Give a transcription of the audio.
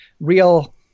real